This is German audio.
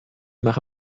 mache